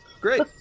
great